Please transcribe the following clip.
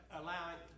allowing